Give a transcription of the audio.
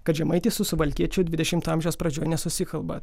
kad žemaitis su suvalkiečių dvidešimto amžiaus pradžioj nesusikalba